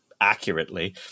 accurately